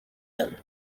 them